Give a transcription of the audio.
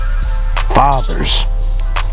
fathers